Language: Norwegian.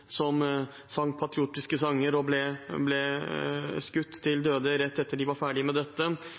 som sang patriotiske sanger og ble skutt til døde rett etter at de var ferdig med dette,